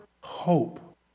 hope